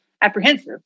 apprehensive